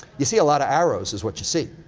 you see a lot of arrows is what you see.